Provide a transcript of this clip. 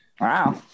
Wow